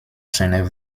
seiner